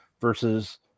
versus